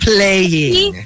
Playing